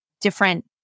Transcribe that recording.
different